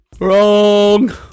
Wrong